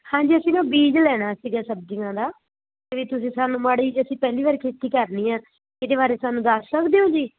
ਹਾਂਜੀ ਅਸੀਂ ਨਾ ਬੀਜ ਲੈਣਾ ਸੀਗਾ ਸਬਜ਼ੀਆਂ ਦਾ ਵੀ ਤੁਸੀਂ ਸਾਨੂੰ ਮਾੜੀ ਜਿਹੀ ਅਸੀਂ ਪਹਿਲੀ ਵਾਰ ਖੇਤੀ ਕਰਨੀ ਆ ਇਹਦੇ ਬਾਰੇ ਸਾਨੂੰ ਦੱਸ ਸਕਦੇ ਹੋ ਜੀ